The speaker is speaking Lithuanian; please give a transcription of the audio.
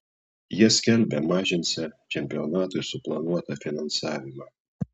jie skelbia mažinsią čempionatui suplanuotą finansavimą